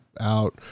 out